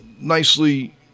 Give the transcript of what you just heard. nicely